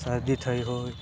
શરદી થઈ હોય